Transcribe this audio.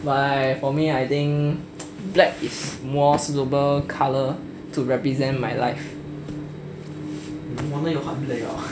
but like for me I think black is more suitable color to represent my life